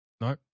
no